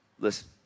listen